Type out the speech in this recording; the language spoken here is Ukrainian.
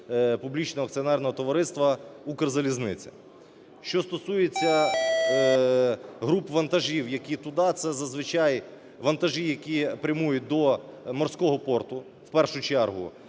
Публічного акціонерного товариства "Укрзалізниця". Що стосується груп вантажів, які туди, це зазвичай вантажі, які прямують до морського пору в першу чергу.